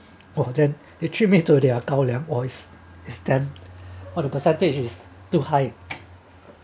!wah! then they treat me to their 高量 oh is is damn oh the percentage is too high